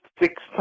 Six